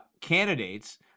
candidates